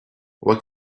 what